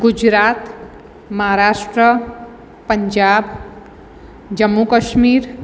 Gujarat Maharashtra Punjab Jammu Kashmir